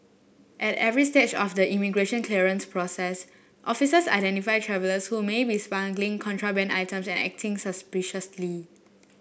at every stage of the immigration clearance process officers identify travellers who may be smuggling contraband items and acting suspiciously